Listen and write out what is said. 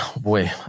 boy